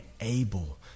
able